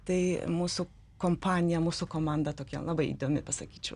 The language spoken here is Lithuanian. tai mūsų kompanija mūsų komanda tokia labai įdomi pasakyčiau